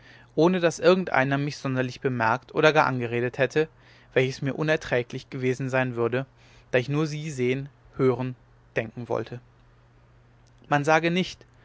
ohne daß irgendeiner mich sonderlich bemerkt oder gar angeredet hätte welches mir unerträglich gewesen sein würde da ich nur sie sehen hören denken wollte man sage nicht